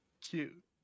cute